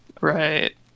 Right